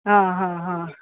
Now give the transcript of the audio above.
હા હા હા